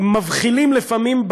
מבחילים לפעמים,